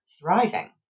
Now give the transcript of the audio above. thriving